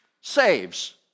saves